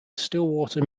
stillwater